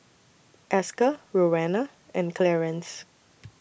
Esker Rowena and Clearence